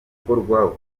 gukorwa